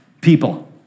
people